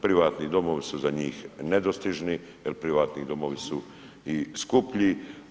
Privatni domovi su za njih nedostižni, jer privatni domovi su i skuplji.